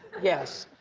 yes.